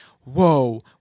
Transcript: whoa